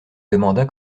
demanda